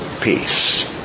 peace